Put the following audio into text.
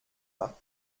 macht